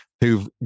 who've